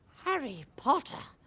harry potter.